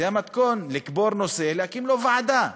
זה המתכון לקבור נושא, להקים לו ועדה.